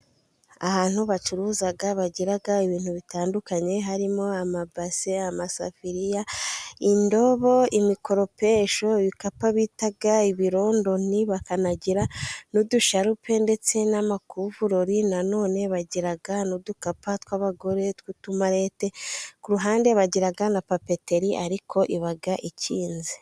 Ahantu bacuruza bagira ibintu bitandukanye harimo: amabase, amasafiriya, indobo, imikoropesho, ibikapu bita ibirondoni, bakanagira n'udusharupe ndetse n'amakuvurori, nanone bagira n'udukapu tw'abagore tw'utumarete ,ku ruhande bagira na papeteri ariko iba ikinze.